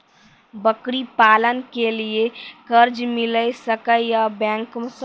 बकरी पालन के लिए कर्ज मिल सके या बैंक से?